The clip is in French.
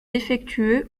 défectueux